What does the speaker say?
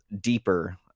deeper